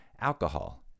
alcohol